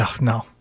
No